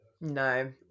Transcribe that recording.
no